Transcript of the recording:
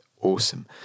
awesome